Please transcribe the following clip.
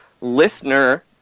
listener